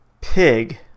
Pig